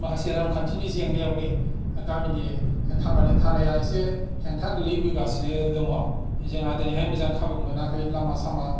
माखासे रां खान्थिनि जेंनायावनो गामिनि थांनानै थानाया एसे हेंथा गोलैबोगासिनो दंङ जोंहा दिनैहाय मोजां खाबु मोनाखै लामा सामा